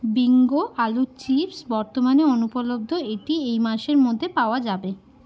Bingo আলুর chips বর্তমানে অনুপলব্ধ এটি এই মাসের মধ্যে পাওয়া যাবে